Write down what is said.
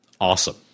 awesome